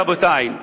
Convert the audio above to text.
רבותי,